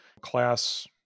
class